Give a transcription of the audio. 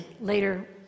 Later